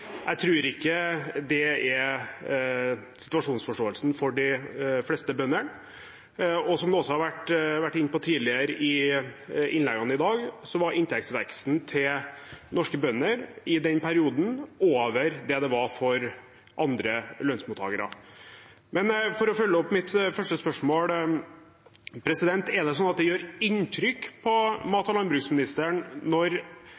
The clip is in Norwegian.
Jeg tror ikke det er situasjonsforståelsen til de fleste bøndene. Som en også har vært inne på i tidligere innlegg i dag, lå inntektsveksten til norske bønder i den perioden over det den var for andre lønnsmottakere. Men for å følge opp mitt første spørsmål: Gjør det inntrykk på landbruks- og matministeren når det